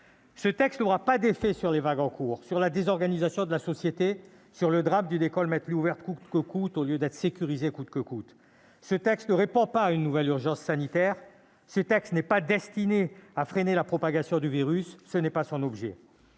ce texte n'aura pas d'effet sur les vagues en cours, sur la désorganisation de la société, sur le drame d'une école maintenue ouverte coûte que coûte au lieu d'être sécurisée coûte que coûte. Ce texte ne répond pas à une nouvelle urgence sanitaire ; il n'est pas destiné à freiner la propagation du virus. Ce n'est pas son objet.